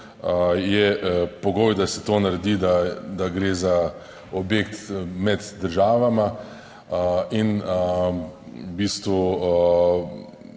je pogoj, da se to naredi, da gre za objekt med državama in v bistvu